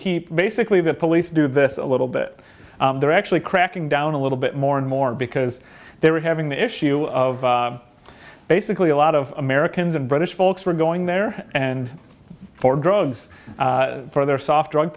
keep basically the police do this a little bit they're actually cracking down a little bit more and more because they were having the issue of basically a lot of americans and british folks were going there and for drugs for their soft drug